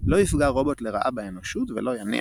לא יפגע רובוט לרעה באנושות ולא יניח,